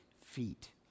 feet